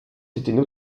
s’étaient